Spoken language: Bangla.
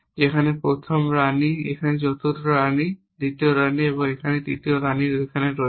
যেখানে প্রথম রানী এখানে চতুর্থ রানী দ্বিতীয় রানী এখানে এবং তৃতীয় রানী এখানে রয়েছে